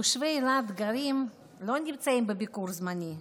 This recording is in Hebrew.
תושבי אילת גרים ולא נמצאים בביקור זמני,